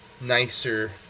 nicer